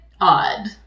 odd